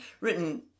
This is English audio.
written